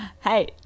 hey